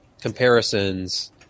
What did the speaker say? comparisons